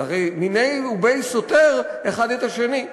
זה הרי מיניה וביה סותר אחד את השני.